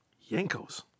Yanko's